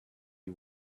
you